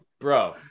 bro